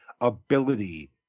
ability